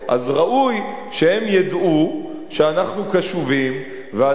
אז ראוי שהם ידעו שאנחנו קשובים ואנחנו